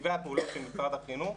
בתקציבי הפעולות של משרד החינוך,